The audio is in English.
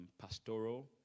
pastoral